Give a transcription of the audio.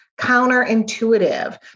counterintuitive